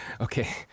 Okay